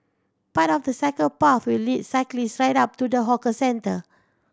part of the cycle path will lead cyclist right up to the hawker centre